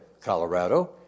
Colorado